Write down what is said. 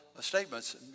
statements